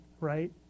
right